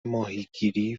ماهیگیری